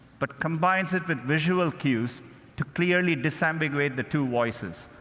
but combines it with visual cues to clearly disambiguate the two voices.